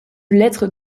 lettre